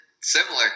similar